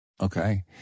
Okay